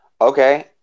Okay